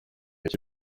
iki